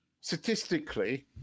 statistically